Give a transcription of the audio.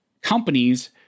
companies